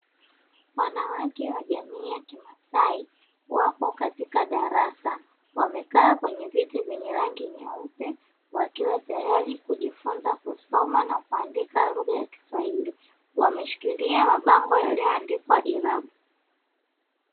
Wanawake wajamii ya kimasai wapo katika darasa wamekaa kwenye viti vyenye rangi nyeupe wakiwa tayari kujifunza kusoma na kuandika lugha ya kiswahili wameshikili mabango yaliyo andikkwa irabu.